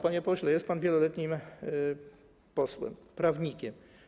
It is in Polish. Panie pośle, jest pan wieloletnim posłem, prawnikiem.